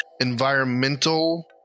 environmental